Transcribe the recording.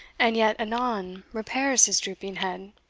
and yet anon repairs his drooping head,